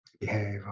behave